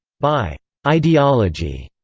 by ideology,